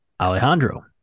Alejandro